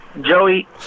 Joey